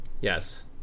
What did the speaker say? Yes